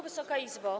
Wysoka Izbo!